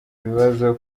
ibibazo